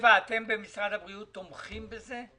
אתם תומכים בזה?